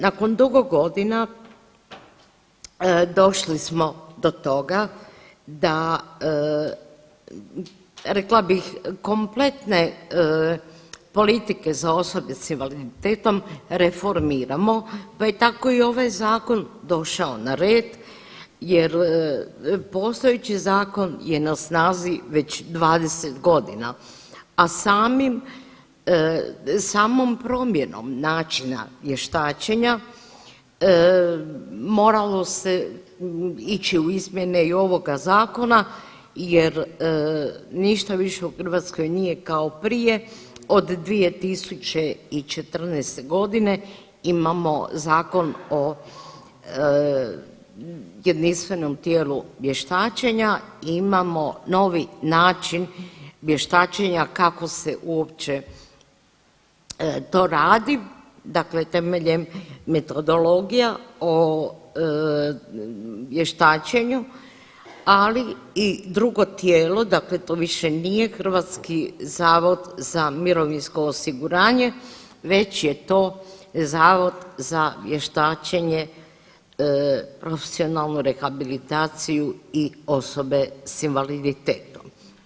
Nakon dugo godina došli smo do toga da rekla bih kompletne politike za osoba s invaliditetom reformiramo, pa je tako i ovaj zakon došao na red jer postojeći zakon je na snazi već 20 godina, a samom promjenom načina vještačenja moralo se ići u izmjene i ovoga zakona jer ništa više u Hrvatskoj nije kao prije od 2014.g. imamo Zakon o jedinstvenom tijelu vještačenja i imamo novi način vještačenja kako se uopće to radi, dakle temeljem metodologija o vještačenju, ali i drugo tijelo to više nije HZMO već je to Zavod za vještačenje profesionalnu rehabilitaciju i osoba s invaliditetom.